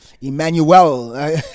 Emmanuel